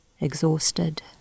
Exhausted